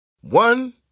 One